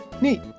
Neat